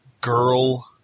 girl